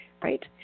Right